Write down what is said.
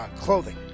clothing